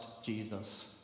jesus